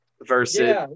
versus